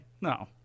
No